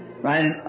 right